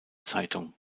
zeitung